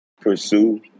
pursue